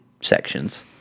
sections